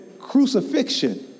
Crucifixion